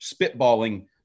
spitballing